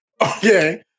Okay